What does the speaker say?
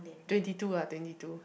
twenty two lah twenty two